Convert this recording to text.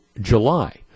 July